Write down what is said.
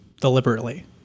deliberately